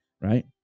Right